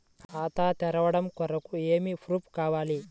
ఖాతా తెరవడం కొరకు ఏమి ప్రూఫ్లు కావాలి?